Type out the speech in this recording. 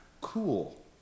cool